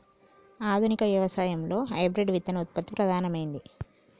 ఆధునిక వ్యవసాయం లో హైబ్రిడ్ విత్తన ఉత్పత్తి ప్రధానమైంది